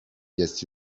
jest